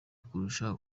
kurusha